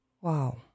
Wow